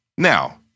Now